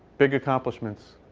big accomplishments.